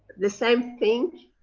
the same thing,